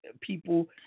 people